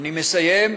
אני מסיים.